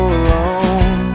alone